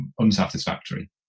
Unsatisfactory